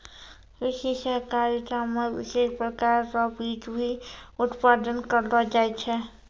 कृषि सहकारिता मे विशेष प्रकार रो बीज भी उत्पादन करलो जाय छै